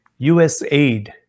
USAID